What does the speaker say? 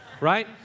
right